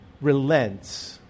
relents